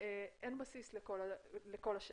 אין בסיס לכל השאר.